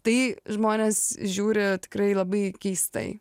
tai žmonės žiūri tikrai labai keistai